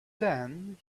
then